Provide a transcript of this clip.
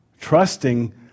Trusting